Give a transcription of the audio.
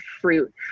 fruit